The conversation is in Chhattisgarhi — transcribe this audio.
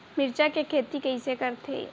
मिरचा के खेती कइसे करथे?